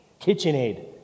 KitchenAid